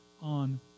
on